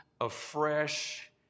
afresh